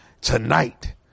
tonight